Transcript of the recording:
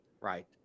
right